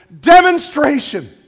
demonstration